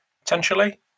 potentially